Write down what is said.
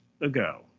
ago